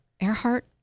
Earhart